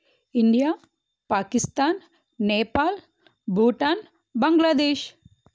India Pakistan Nepal Bhutan Bangladesh